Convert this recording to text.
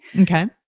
Okay